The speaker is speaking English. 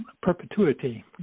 perpetuity